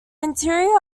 interior